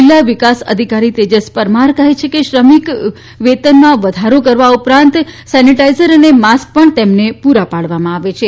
જિલ્લા વિકાસ અધિકારી તેજસ પરમાર કહે છે કે શ્રમિક વેતન માં વધારો કરવા ઉપરાંત સેનીટ ઝ એર અને માસ્ક પણ તેમને પૂરા પાડવા માં આવે છે